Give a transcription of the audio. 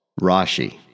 Rashi